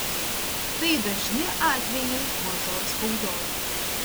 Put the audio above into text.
tai dažni atvejai mažoj spaudoj